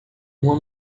uma